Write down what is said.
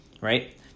right